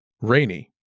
Rainy